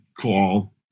call